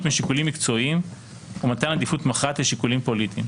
משיקולים מקצועיים ומתן עדיפות מכרעת לשיקולים פוליטיים.